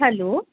hello